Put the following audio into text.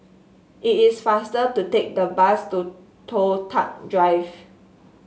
it is faster to take the bus to Toh Tuck Drive